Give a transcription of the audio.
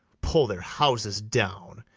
pull their houses down,